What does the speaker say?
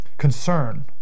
Concern